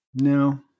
No